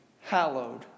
hallowed